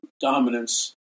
dominance